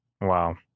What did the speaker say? Wow